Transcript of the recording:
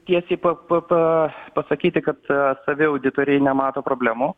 tiesiai pa pa pa pasakyti kad savi auditoriai nemato problemų